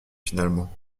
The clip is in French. finalement